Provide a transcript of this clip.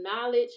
knowledge